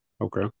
Okay